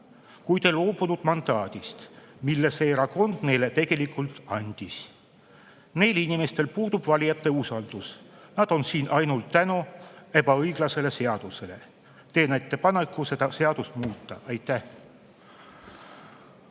kuid ei loobunud mandaadist, mille see erakond neile tegelikult andis. Neil inimestel puudub valijate usaldus. Nad on siin ainult ebaõiglase seaduse tõttu. Teen ettepaneku seda seadust muuta. Aitäh!